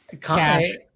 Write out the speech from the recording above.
cash